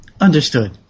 Understood